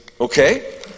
okay